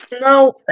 No